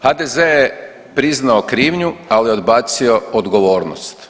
HDZ je priznao krivnju, ali odbacio odgovornost.